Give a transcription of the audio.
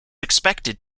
expected